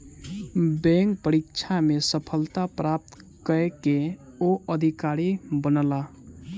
bank परीक्षा में सफलता प्राप्त कय के ओ अधिकारी बनला